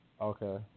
Okay